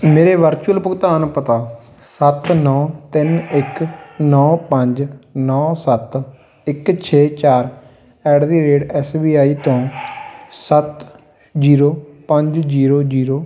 ਮੇਰੇ ਵਰਚੁਅਲ ਭੁਗਤਾਨ ਪਤਾ ਸੱਤ ਨੌਂ ਤਿੰਨ ਇੱਕ ਨੌਂ ਪੰਜ ਨੌ ਸੱਤ ਇੱਕ ਛੇ ਚਾਰ at the rate S B I ਤੋਂ ਸੱਤ ਜ਼ੀਰੋ ਪੰਜ ਜ਼ੀਰੋ ਜ਼ੀਰੋ